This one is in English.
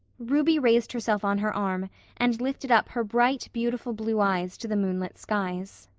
ruby raised herself on her arm and lifted up her bright, beautiful blue eyes to the moonlit skies.